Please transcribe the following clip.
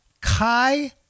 Kai